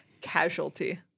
casualty